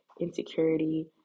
insecurity